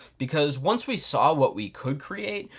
because once we saw what we could create,